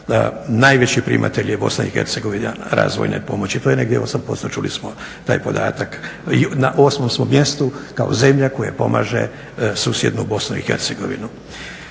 Najveći primatelj je BiH razvojne pomoći, to je negdje 8% čuli smo taj podatak. Na 8.smo mjestu kao zemlja koja pomaže susjednu BiH.